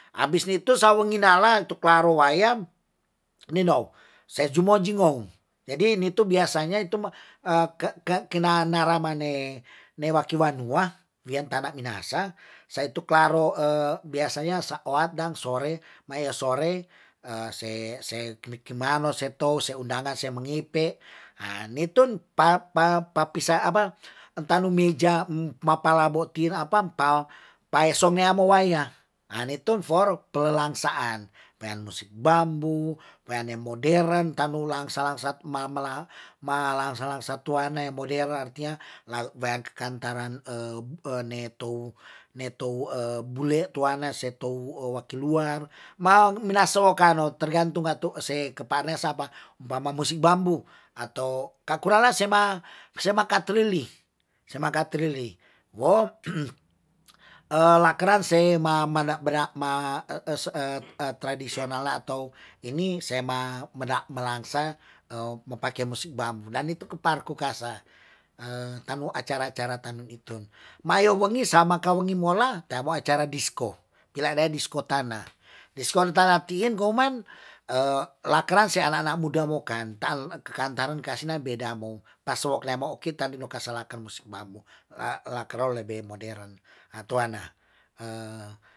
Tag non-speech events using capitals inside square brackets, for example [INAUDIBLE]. Abis nitu sawengi na la, tu klaro wayam ninou, se jumo jingou, jadi nitu biasanya itu [HESITATION] ke- ke- kena na ramane, newaki wanua, wiyan tana' minahasa, saya tu klaro [HESITATION] biasanya, sa oat dang sore, mae sore [HESITATION] se- se- kimi ki mano se tou, se undangan se mengipe, nitun pa- pa- pa pisa apa tanu meja ma pala bo'tir apa pa esong ngea muaya. Nitun for pelangsaan pean musik bambu, peane moder, tanu langsa langsa ma mela ma langsa langsa tuane modern artinya, la wean ke kantaran ne tou, [HESITATION] ne tou bule tuane se tou [HESITATION] waki luar, ma minahasa wokano tergantung ngatu se kepare sapa ba ma musik bambu, atau ka kurala sema sema katrili, wo [HESITATION] lakeran se ma mana' be ra ma [HESITATION] tradisional atau ini se ma melangsa [HESITATION] mo pake musik bambu dan nitu kepar ku kasa, tanu acara acara tanu itun. Mayo wengi samaka wengi mola teamo acara disko, tila rean disko tanah, disko tanah tiin goman [HESITATION] lakeran se anak- anak muda wokan tan kan taren kasina beda mo paso' leamo' ki tan lokasa laken musik bambu la kerol lebe modern atoana [HESITATION]